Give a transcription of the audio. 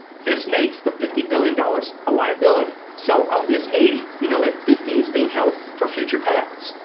this makes the fifty billion dollars a liability. so of this eighty we know that fifty is being held for future payouts.